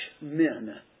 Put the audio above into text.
men